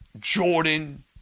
Jordan